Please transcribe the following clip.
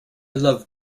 love